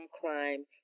crime